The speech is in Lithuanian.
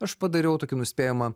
aš padariau tokį nuspėjamą